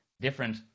different